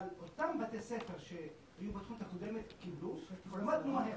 אבל אותם בתי ספר שהיו בתוכנית הקודמת קיבלו ולמדנו מהר,